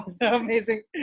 amazing